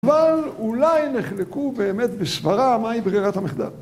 אבל, אולי, נחלקו באמת, בסברה, מהי ברירת המחדל.